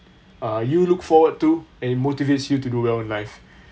uh you look forward to and motivates you to do well in life